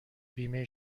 بیمه